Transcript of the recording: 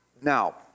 Now